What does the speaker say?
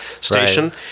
station